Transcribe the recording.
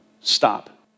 stop